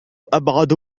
أبعد